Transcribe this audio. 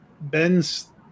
Ben's